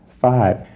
Five